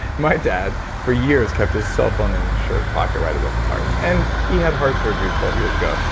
my dad, for years, kept his cell phone in his shirt pocked right above his heart, and he had heart surgery twelve years ago,